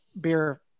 beer